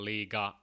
Liga